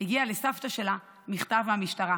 הגיע לסבתא שלה מכתב מהמשטרה